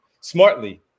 Smartly